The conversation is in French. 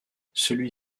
celui